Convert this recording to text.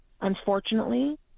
Unfortunately